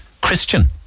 Christian